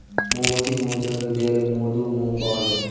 মৌমাছির মৌচাকের দেয়ালে মধু, মোম পাওয়া যায়